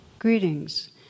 Greetings